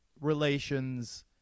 relations